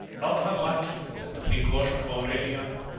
not unlikely, that the precaution of aurelian,